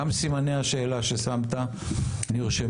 גם סימני השאלה ששמת נרשמו.